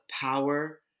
power